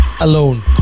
alone